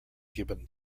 given